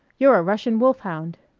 you're a russian wolfhound.